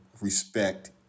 respect